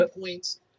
points